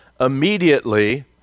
immediately